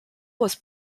was